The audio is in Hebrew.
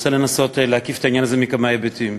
רוצה לנסות להקיף את העניין הזה מכמה היבטים.